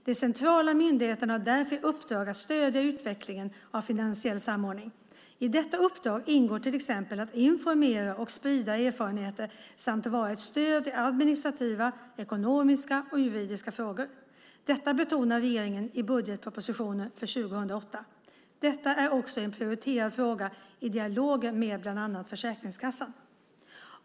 De centrala myndigheterna har därför i uppdrag att stödja utvecklingen av finansiell samordning. I detta uppdrag ingår till exempel att informera och sprida erfarenheter samt vara ett stöd i administrativa, ekonomiska och juridiska frågor. Detta betonar regeringen i budgetpropositionen för 2008. Detta är också en prioriterad fråga i dialogen med bland annat Försäkringskassan.